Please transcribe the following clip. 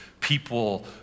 people